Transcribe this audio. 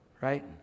right